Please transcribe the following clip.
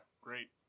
great